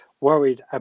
worried